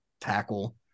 tackle